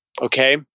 Okay